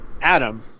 Adam